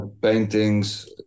paintings